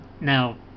now